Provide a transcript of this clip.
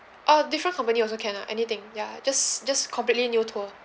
uh different company also can ah anything ya just just completely new tour